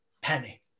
penny